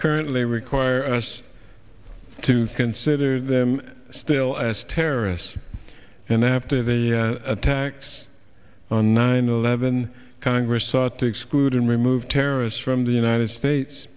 currently require us to consider them still as terrorists and after the attacks on nine eleven congress ought to exclude and remove terrorists from the united states